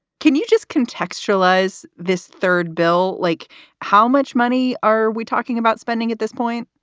can you just contextualize this third bill? like how much money are we talking about spending at this point?